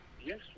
Yes